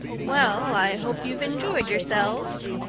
well, i hope you've enjoyed yourselves,